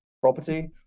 property